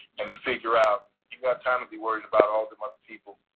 and to figure out you've got time to be worried about all them other people.